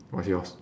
what's yours